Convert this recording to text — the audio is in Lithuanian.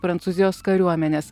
prancūzijos kariuomenės